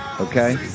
Okay